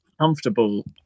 comfortable